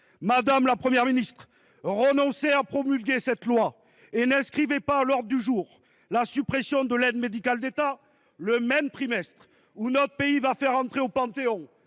Madame la Première ministre, renoncez à promulguer cette loi et n’inscrivez pas à l’ordre du jour la suppression de l’aide médicale de l’État l’année même où notre pays va faire entrer au Panthéon